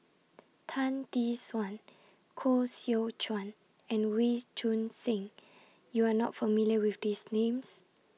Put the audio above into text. Tan Tee Suan Koh Seow Chuan and Wee Choon Seng YOU Are not familiar with These Names